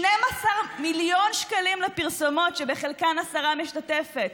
12 מיליון שקלים לפרסומות, שבחלקן השרה משתתפת.